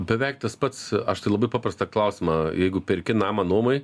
beveik tas pats aš tai labai paprastą klausimą jeigu perki namą nuomai